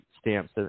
stamps